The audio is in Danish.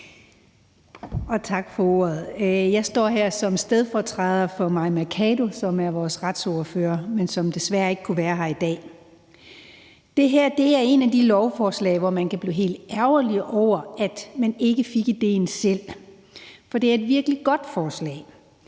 Tak for ordet. Jeg står her som stedfortræder for Mai Mercado, som er vores retsordfører, men som desværre ikke kunne være her i dag. Det her er et af de lovforslag, hvor man kan blive helt ærgerlig over, at man ikke fik idéen selv, for det er et virkelig godt forslag.